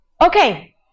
Okay